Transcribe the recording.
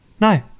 No